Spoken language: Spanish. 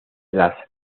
las